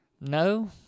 no